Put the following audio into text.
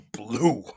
blue